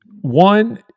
One